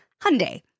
Hyundai